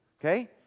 okay